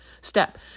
Step